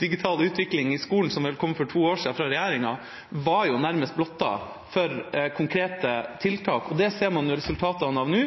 digital utvikling i skolen, som vel kom for to år siden, var nærmest blottet for konkrete tiltak. Det ser man resultatene av nå